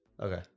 Okay